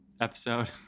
episode